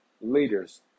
leaders